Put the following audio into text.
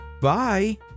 Bye